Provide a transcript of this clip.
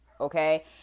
okay